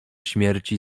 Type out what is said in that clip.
śmierci